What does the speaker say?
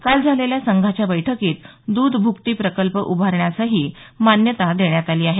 काल झालेल्या संघाच्या बैठकीत दुध भुकटी प्रकल्प उभारण्यासही मान्यता देण्यात आली आहे